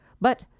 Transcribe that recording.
But